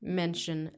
mention